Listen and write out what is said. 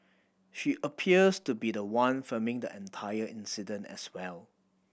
she appears to be the one filming the entire incident as well